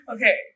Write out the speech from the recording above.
Okay